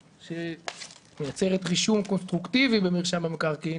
שיוצרת רישום קונסטרוקטיבי במרשם המקרקעין,